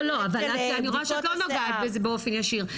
לא נוגעת בזה באופן ישיר?